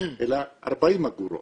אלא 40 אגורות,